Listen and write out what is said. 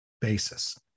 basis